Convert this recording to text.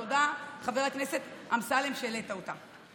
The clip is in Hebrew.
תודה, חבר הכנסת אמסלם, שהעלית אותה.